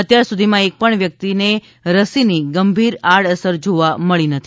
અત્યારસુધીમાં એકપણ વ્યક્તિને રસીની ગંભીર આડઅસર જોવા મળી નથી